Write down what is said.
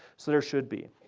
so there should be.